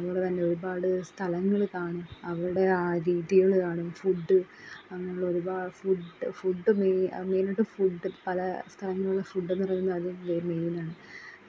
അതുപോലെ ഒരുപാട് സ്ഥലങ്ങൾ കാണും അവരുടെ ആ രീതികൾ കാണും ഫുഡ്ഡ് അങ്ങനുള്ള ഒരുപാട് ഫുഡ്ഡ് ഫുഡ്ഡ് മേ മെയിനായിട്ട് ഫുഡ്ഡ് പല സ്ഥലങ്ങളിലുള്ള ഫുഡ്ന്ന് പറയുന്നത് അത് മെയിനാണ്